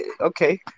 okay